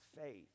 faith